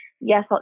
yes